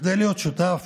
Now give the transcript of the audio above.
כדי להיות שותף